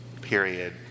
Period